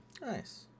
Nice